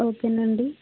okay నండి